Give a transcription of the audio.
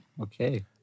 Okay